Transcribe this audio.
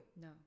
No